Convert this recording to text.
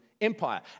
Empire